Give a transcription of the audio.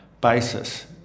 basis